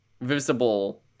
visible